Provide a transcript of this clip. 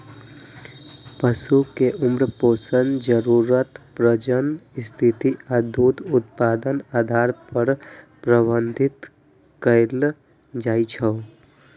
पशु कें उम्र, पोषण जरूरत, प्रजनन स्थिति आ दूध उत्पादनक आधार पर प्रबंधित कैल जाइ छै